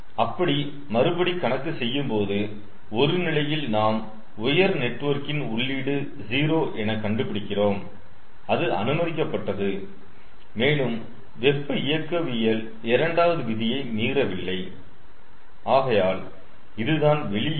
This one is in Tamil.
அப்படி மறுபடி கணக்கு செய்யும்போது ஒரு நிலையில் நாம் உயர் நெட்வொர்க்கின் உள்ளீடு 0 என கண்டுபிடிக்கிறோம் அது அனுமதிக்கப்பட்டது மேலும் வெப்ப இயக்கவியல் இரண்டாவது விதியை மீறவில்லை ஆகையால் இதுதான் வெளியீடு